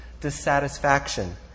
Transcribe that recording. dissatisfaction